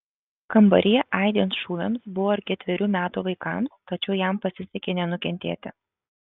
kambaryje aidint šūviams buvo ir ketverių metų vaikams tačiau jam pasisekė nenukentėti